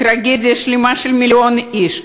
טרגדיה שלמה של מיליון איש.